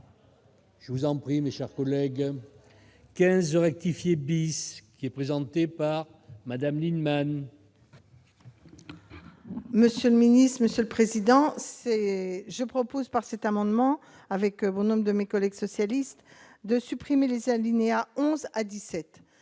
Je vous en prie, mes chers collègues quinze rectifier bis qui est présenté par Madame Lienemann. Monsieur le Ministre, Monsieur le Président, je propose par cet amendement avec bon nombre de mes collègues, socialiste de supprimer les alinéas 11 à 17